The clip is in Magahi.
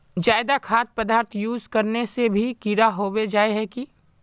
ज्यादा खाद पदार्थ यूज करना से भी कीड़ा होबे जाए है की?